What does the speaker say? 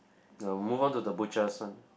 the more to the butchers' one